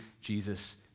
Jesus